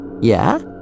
Yeah